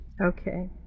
Okay